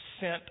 sent